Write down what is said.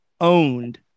owned